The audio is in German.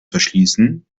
verschließen